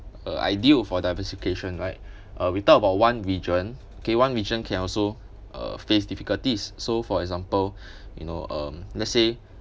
uh ideal for diversification right uh we talk about one region okay one region can also uh face difficulties so for example you know um let's say